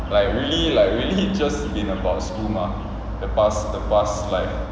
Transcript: like really like really just been about school mah the past the past like